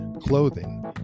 clothing